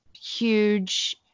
huge